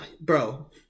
Bro